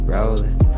Rollin